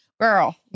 Girl